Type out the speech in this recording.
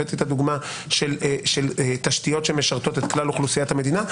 הבאתי את הדוגמה של תשתיות שמשרתות את כלל אוכלוסיית המדינה,